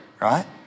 right